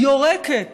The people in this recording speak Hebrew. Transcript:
יורקת